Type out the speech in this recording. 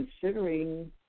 considering